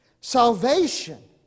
Salvation